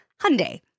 Hyundai